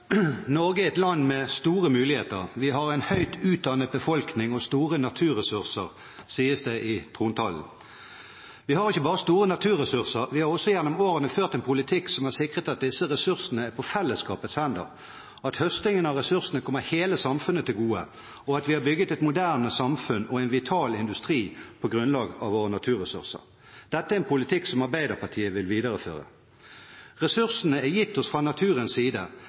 Norge disponerer nå mer enn 50 pst. av all formuen. Lønningene til dem som tjener mest, øker nesten dobbelt så mye som dem som tjener minst. Det er nok nå, nå trenger dette landet en ny regjering. «Norge er et land med store muligheter. Vi har en høyt utdannet befolkning og store naturressurser», sies det i trontalen. Vi har ikke bare store naturressurser, vi har også gjennom årene ført en politikk som har sikret at disse ressursene er på fellesskapets hender, at høstingen av ressursene kommer hele samfunnet til gode, og vi har bygget et